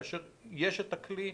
כאשר יש את הכלי,